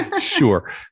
Sure